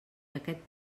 aquest